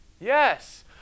Yes